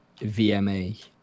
VMA